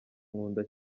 nkunda